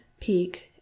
peak